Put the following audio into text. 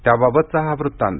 त्याबाबतचा हा वृत्तांत